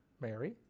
Mary